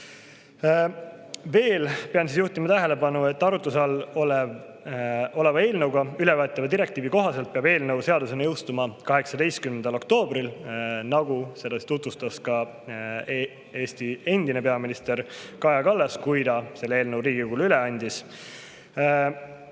Veel pean juhtima tähelepanu, et arutluse all oleva eelnõuga ülevõetava direktiivi kohaselt peab eelnõu seadusena jõustuma 18. oktoobril, nagu [ütles] ka Eesti endine peaminister Kaja Kallas, kui ta selle eelnõu Riigikogule üle andis.